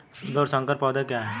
शुद्ध और संकर पौधे क्या हैं?